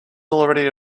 already